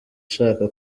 shaka